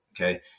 okay